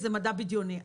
זה מדע בדיוני.